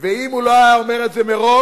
ואם הוא לא היה אומר את זה מראש,